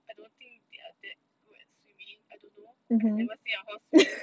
I don't think they are that good at swimming I don't know I have never seen a horse swim